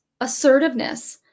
assertiveness